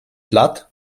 platt